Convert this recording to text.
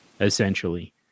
essentially